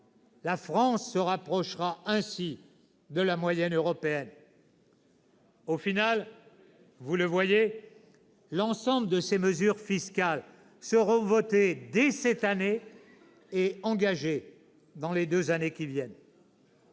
La France se rapprochera ainsi de la moyenne européenne. « Au bout du compte, vous le voyez, l'ensemble de ces mesures fiscales seront votées dès cette année et engagées dans les deux années qui viennent.